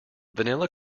vanilla